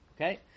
Okay